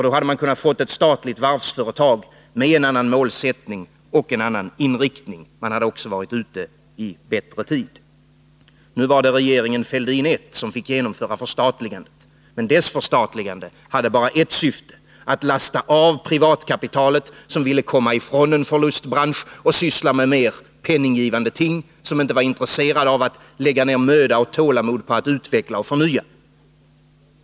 Då kunde vi ha fått ett statligt varvsföretag med en annan målsättning och en annan inriktning. Vi hade också varit ute i bättre tid. Nu var det regeringen Fälldin I som fick genomföra förstatligandet. Men dess förstatligande hade bara ett syfte, att avlasta privatkapitalet, som ville komma ifrån en förlustbransch och syssla med mer penninggivande ting, som inte var intresserat av att lägga ned möda och tålamod på att utveckla och förnya.